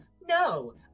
no